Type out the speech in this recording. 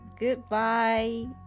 goodbye